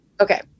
okay